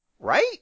right